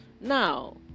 Now